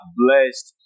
blessed